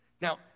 Now